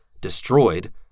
destroyed